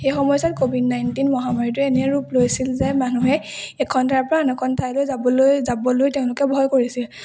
সেই সময়ছোৱাত covid nineteen মহামাৰীটোৱে এনে ৰূপ লৈছিল যে মানুহে এখন ঠাইৰ পৰা আন এখন ঠাইলৈ যাবলৈ যাবলৈ তেওঁলোকে ভয় কৰিছিল